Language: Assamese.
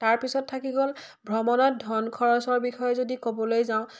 তাৰপিছত থাকি গ'ল ভ্ৰমণত ধন খৰচৰ বিষয়ে যদি ক'বলৈ যাওঁ